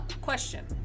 question